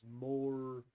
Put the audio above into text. more